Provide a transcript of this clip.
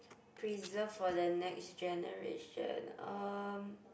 preserved for the next generation um